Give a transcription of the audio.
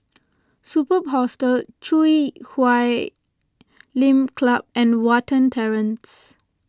Superb Hostel Chui Huay Lim Club and Watten Terrace